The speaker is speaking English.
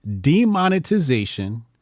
demonetization